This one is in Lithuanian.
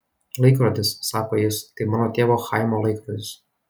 laikrodis sako jis tai mano tėvo chaimo laikrodis